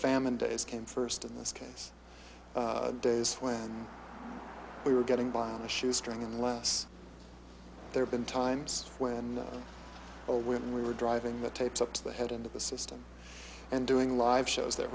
famine days came st in this case days when we were getting by on a shoestring unless there been times when or when we were driving the tapes up to the head into the system and doing live shows th